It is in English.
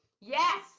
yes